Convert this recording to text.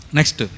Next